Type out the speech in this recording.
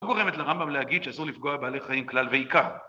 לא גורמת לרמב״ם להגיד שאסור לפגוע בבעלי חיים כלל ועיקר.